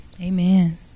Amen